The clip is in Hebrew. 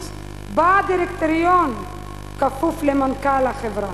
שבה הדירקטוריון כפוף למנכ"ל החברה.